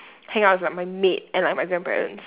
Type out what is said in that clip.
hang out with like my maid and like my grandparents